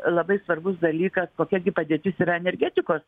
labai svarbus dalykas kokia gi padėtis yra energetikos